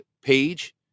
page